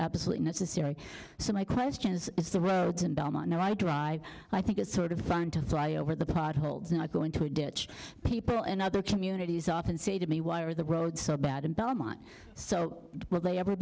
absolutely necessary so my question is is the roads and domino i drive i think it's sort of fun to fly over the part of olds and i go into a ditch people in other communities often say to me why are the roads so bad in belmont so will they ever